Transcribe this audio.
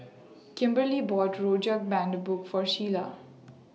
Kimberlie bought Rojak Bandung For Sheila